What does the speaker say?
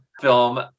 film